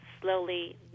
slowly